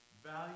Value